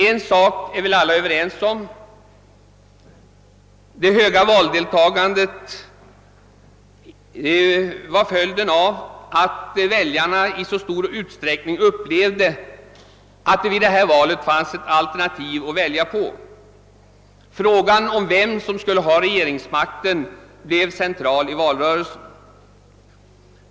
En sak torde dock alla vara överens om; det stora valdeltagandet var följden av att väljarna i så stor utsträckning upplevde att det vid detta val fanns ett alternativ. Frågan om vem som skulle ha regeringsmakten blev central i valrörelsen.